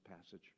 passage